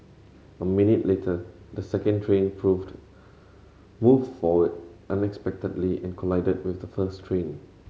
a minute later the second train proved move forward unexpectedly and collided with the first train